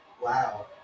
Wow